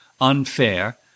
unfair